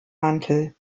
mantel